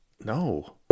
No